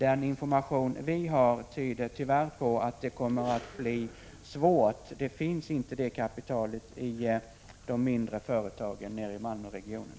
Den information vi har tyder tyvärr på att det kommer att bli svårt. Detta kapital finns inte i de mindre företagen i Malmöregionen.